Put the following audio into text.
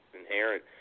inherent